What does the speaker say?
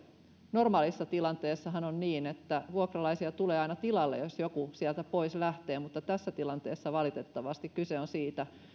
normaalissa tilanteessahan on niin että vuokralaisia tulee aina tilalle jos joku sieltä pois lähtee mutta tässä tilanteessa valitettavasti kyse on siitä